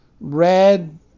red